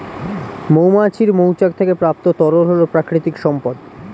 মৌমাছির মৌচাক থেকে প্রাপ্ত তরল হল প্রাকৃতিক সম্পদ